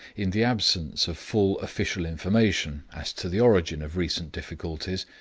in the absence of full official information as to the origin of recent difficulties,